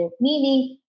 meaning